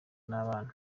n’abana